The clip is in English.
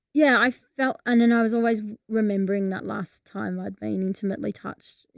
yeah. i felt, and and i was always remembering that last time i'd been intimately touched.